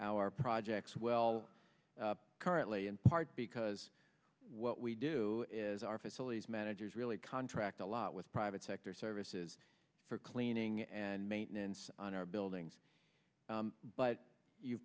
our projects well currently in part because what we do is our facilities managers really contract a lot with private sector services for cleaning and maintenance on our buildings but you